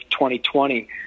2020